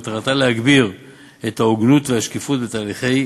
ומטרתה להגביר את ההוגנות והשקיפות בהליכי